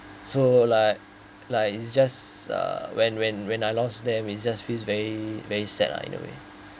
so like like it's just uh when when when I lost them it just feels very very sad lah in a way